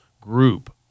group